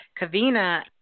Kavina